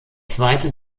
zweite